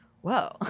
whoa